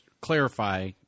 clarify